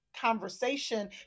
conversation